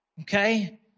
Okay